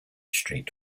street